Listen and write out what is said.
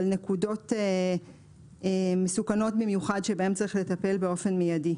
נקודות מסוכנות במיוחד שבהן צריך לטפל באופן מיידי.